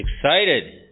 excited